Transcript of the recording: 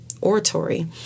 oratory